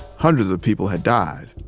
hundreds of people had died,